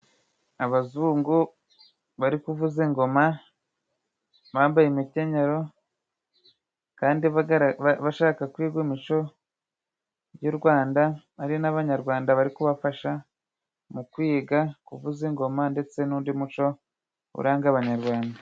Abazungu bari kuvuza ingoma. Bambaye imikenyero, kandi bashaka kwiga imico y'u Rwanda. Hari n'Abanyarwanda ,bari kubafasha mu kwiga kuvuza ingoma, ndetse n'undi muco uranga Abanyarwanda.